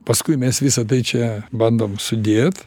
paskui mes visa tai čia bandom sudėt